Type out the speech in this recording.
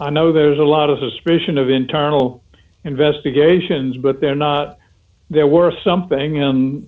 i know there's a lot of suspicion of internal investigations but they're not there were something